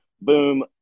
Boom